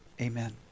Amen